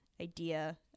idea